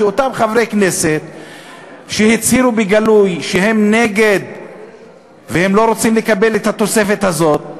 אותם חברי כנסת שהצהירו בגלוי שהם נגד ולא רוצים לקבל את התוספת הזאת,